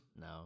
No